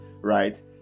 right